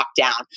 lockdown